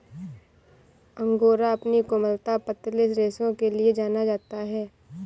angora अपनी कोमलता, पतले रेशों के लिए जाना जाता है